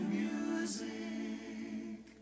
music